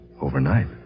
overnight